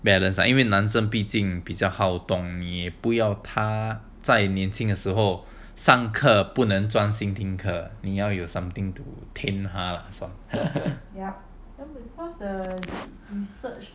balance like 因为男生比较好动你不要他在年轻的时候上课不能专心听课你要有 something to tame 他